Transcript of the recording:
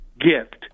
gift